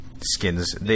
skins